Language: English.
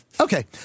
Okay